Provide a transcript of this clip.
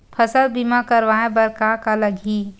फसल बीमा करवाय बर का का लगही?